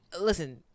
listen